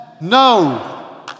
No